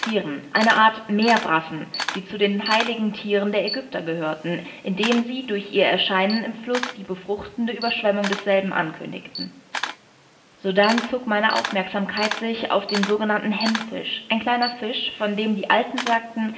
eine art meerbrassen die zu den heiligen thieren der aegypter gehörten indem sie durch ihr erscheinen im fluß die befruchtende ueberschwemmung desselben ankündigten sodann zog meine aufmerksamkeit sich auf den sogenannten hemmfisch ein kleiner fisch von dem die alten sagten